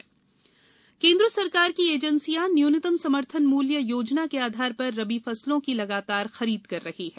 गेंहुँ M S P केंद्र सरकार की एजेंसियां न्यूनतम समर्थन मूल्य योजना के आधार पर रबी फसलों की लगातार खरीद कर रही हैं